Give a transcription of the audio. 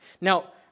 Now